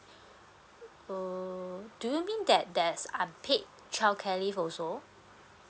uh do you mean that there's unpaid childcare leave also